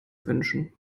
wünschen